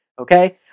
Okay